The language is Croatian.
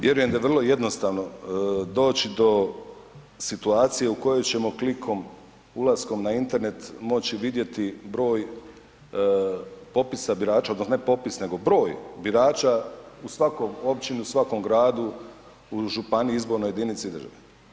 Vjerujem da vrlo jednostavno doći do situacije u kojoj ćemo klikom ulaskom na Internet moći vidjeti broj popisa birača odnosno ne popis, nego broj birača u svakoj općini, u svakom gradu, u županiji, izbornoj jedinici i državi.